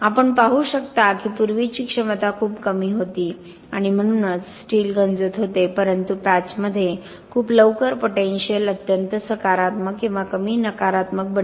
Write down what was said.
आपण पाहू शकतो की पूर्वीची क्षमता खूप कमी होती आणि म्हणून स्टील गंजत होते परंतु पॅचमध्ये खूप लवकर पोटेनिशियल अत्यंत सकारात्मक किंवा कमी नकारात्मक बनली